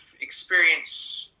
experience